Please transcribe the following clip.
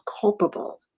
culpable